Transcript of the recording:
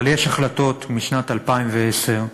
אבל יש החלטות משנת 2010,